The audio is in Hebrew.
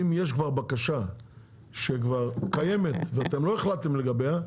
אם יש כבר בקשה שכבר קיימת ואתם לא החלטתם לגביה,